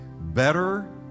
better